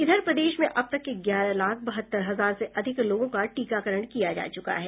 इधर प्रदेश में अब तक ग्यारह लाख बहत्तर हजार से अधिक लोगों का टीकाकरण किया जा चुका है